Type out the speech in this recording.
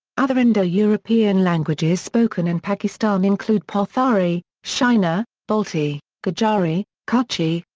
other indo-european languages spoken in pakistan include pothohari, shina balti, gujjari, kutchi,